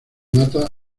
mata